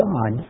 God